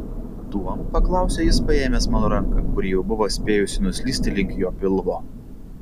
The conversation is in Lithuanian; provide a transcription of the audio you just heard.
tuom paklausė jis paėmęs mano ranką kuri jau buvo spėjusi nuslysti link jo pilvo